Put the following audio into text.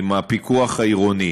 עם הפיקוח העירוני.